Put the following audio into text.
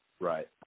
Right